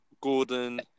Gordon